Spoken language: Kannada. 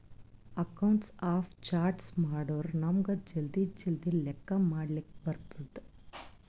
ಅಕೌಂಟ್ಸ್ ಆಫ್ ಚಾರ್ಟ್ಸ್ ಮಾಡುರ್ ನಮುಗ್ ಜಲ್ದಿ ಜಲ್ದಿ ಲೆಕ್ಕಾ ಮಾಡ್ಲಕ್ ಬರ್ತುದ್